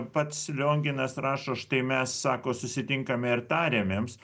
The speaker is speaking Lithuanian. pats lionginas rašo štai mes sako susitinkame ir tariamėms